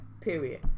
period